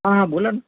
हां हां बोला ना